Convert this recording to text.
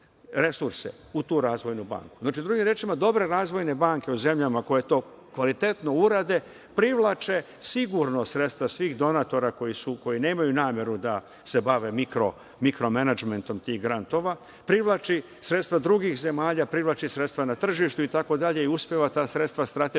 u tu Razvojnu banku. Drugim rečima, dobre razvojne banke u zemljama koje to kvalitetno urade privlače sigurno sredstva svih donatora koji nemaju nameru da se bave mikro menadžmentom tih grantova. Privlači sredstva drugih zemalja, privlači sredstva na tržištu i tako dalje i uspeva ta sredstva strateški